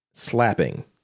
Slapping